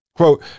Quote